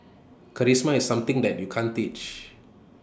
charisma is something that you can't teach